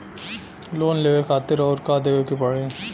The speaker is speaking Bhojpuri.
लोन लेवे खातिर अउर का देवे के पड़ी?